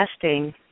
testing